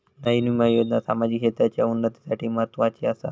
नयीन विमा योजना सामाजिक क्षेत्राच्या उन्नतीसाठी म्हत्वाची आसा